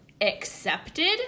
accepted